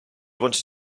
wanted